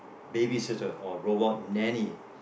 babysitter or robot nanny